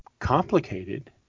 complicated